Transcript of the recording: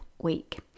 week